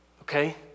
okay